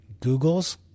Googles